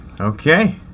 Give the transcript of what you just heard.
Okay